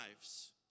lives